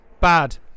Bad